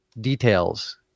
details